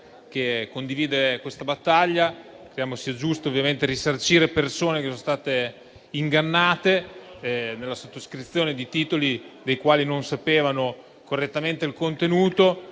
che condivide questa battaglia. Crediamo sia giusto risarcire persone che sono state ingannate nella sottoscrizione di titoli, dei quali non conoscevano correttamente il contenuto.